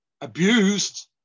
abused